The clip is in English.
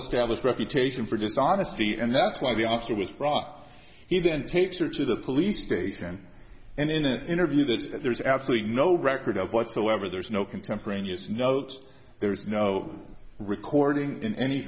established reputation for dishonesty and that's why the officer was brought he then takes her to the police station and in an interview that there's absolutely no record of whatsoever there's no contemporaneous note there's no recording in any